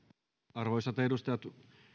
arvoisat edustajat